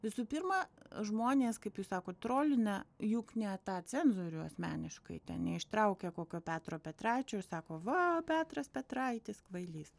visų pirma žmonės kaip jūs sakot trolina juk ne tą cenzorių asmeniškai ten neištraukia kokio petro petraičio ir sako va petras petraitis kvailys